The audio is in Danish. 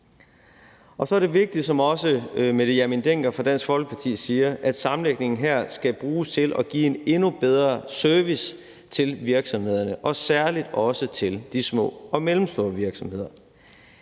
Så er det vigtigt, som også fru Mette Hjermind Dencker fra Dansk Folkeparti siger, at sammenlægningen her skal bruges til at give en endnu bedre service til virksomhederne, særlig også til de små og mellemstore virksomheder.